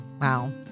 Wow